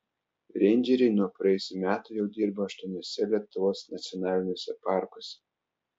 reindžeriai nuo praėjusių metų jau dirba aštuoniuose lietuvos nacionaliniuose parkuose